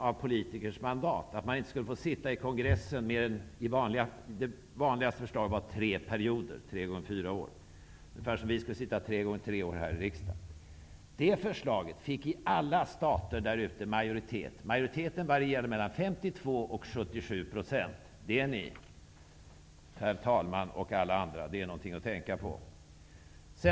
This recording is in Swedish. Det vanligaste förslaget var att man inte skulle få sitta i kongressen mer än tre perioder, dvs. tre gånger fyra år. Det är detsamma som att vi skulle sitta tre gånger tre år här i riksdagen. Förslaget fick majoriet i alla stater där frågan var uppe. Majoriteten varierade mellan 52 och 77 %. Det -- herr talman och alla andra -- är något att tänka på!